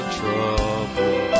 trouble